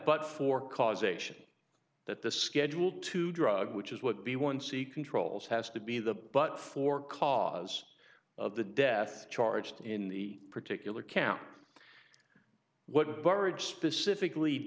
but for causation that the schedule two drugs which is what the one c controls has to be the but for cause of the death charged in the particular camp what burrage specifically